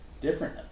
different